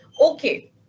okay